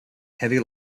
heavy